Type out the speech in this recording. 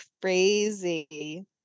crazy